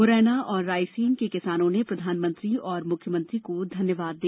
मुरैना और रायसेन के किसानों ने प्रधानमंत्री और मुख्यमंत्री को धन्यवाद दिया